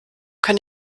kann